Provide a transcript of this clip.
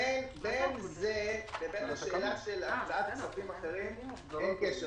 בין זה לבין השאלה של הקצאת כספים אחרים אין קשר.